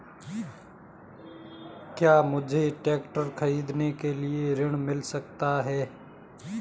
क्या मुझे ट्रैक्टर खरीदने के लिए ऋण मिल सकता है?